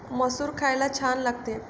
मसूर खायला छान लागते